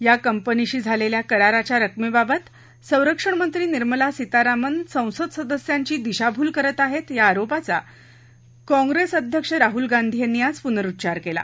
या कंपनीशी झालेल्या कराराच्या रकमेबाबत संरक्षणमंत्री निर्मला सीतारामन संसद सदस्यांची दिशाभूल करत आहेत या आरोपाचा काँग्रेस अध्यक्ष राहुल गांधी यांनी आज पुनरुच्चार केला